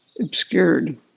obscured